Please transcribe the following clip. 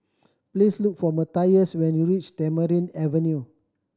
please look for Matthias when you reach Tamarind Avenue